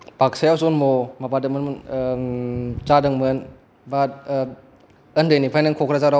बाकसायाव जन्म' जादोंमोन बा उन्दैनिफ्रायनो क'क्राझाराव